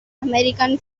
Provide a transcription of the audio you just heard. american